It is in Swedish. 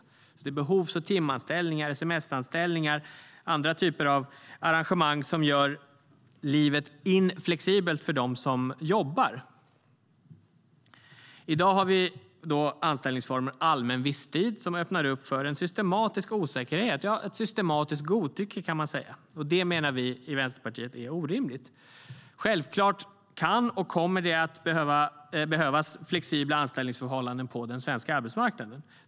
Det handlar om behovs och timanställningar, sms-anställningar och andra arrangemang som gör livet inflexibelt för dem som jobbar. Självklart kan det och kommer det att behövas flexibla anställningsförhållanden på den svenska arbetsmarknaden.